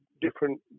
different